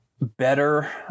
better